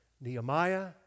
Nehemiah